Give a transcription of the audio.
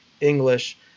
English